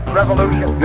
revolution